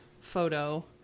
photo